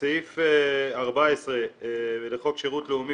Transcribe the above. בסעיף 14 לחוק שירות לאומי,